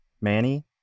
Manny